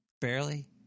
barely